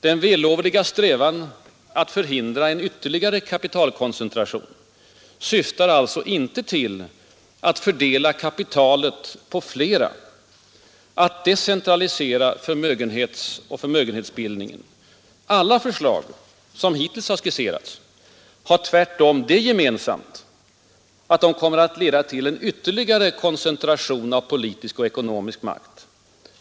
Den vällovliga strävan att förhindra en ytterligare kapitalkoncentration syftar alltså inte till att fördela kapitalet på flera, att decentralisera förmögenheter och förmögenhetsbildning. Alla förslag som hittills skisserats har tvärtom det gemensamt att de kommer att leda till en ytterligare koncentration av politisk och ekonomisk makt.